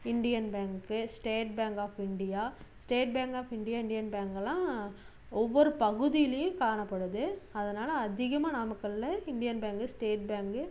Indian bank state bank of India state bank of India Indian பேங்கெலாம் ஒவ்வொரு பகுதிலியும் காணப்படுது அதனால அதிகமாக நாமக்கல்லில் இண்டியன் பேங்கு ஸ்டேட் பேங்கு